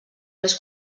més